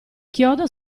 chiodo